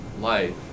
life